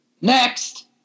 next